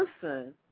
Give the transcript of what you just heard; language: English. person